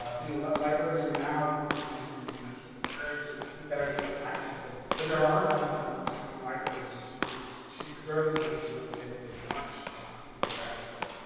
you know what libraries are now i mean and i'm sure the librarians here can speak better to this than i can but but there are archives now in in libraries to to preserve this kind of material in a way that there weren't even a decade ago.